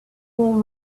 all